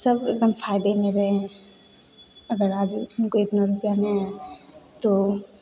सब एकदम फायदे में रहे अगर आज इनको इतना रुपया मिल गया तो